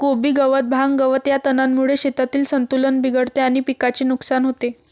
कोबी गवत, भांग, गवत या तणांमुळे शेतातील संतुलन बिघडते आणि पिकाचे नुकसान होते